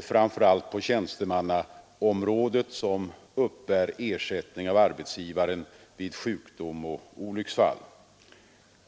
framför allt på tjänstemannaområdet som uppbär ersättning av arbetsgivaren vid sjukdom och olycksfall.